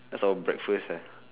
that's our breakfast [sial]